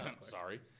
sorry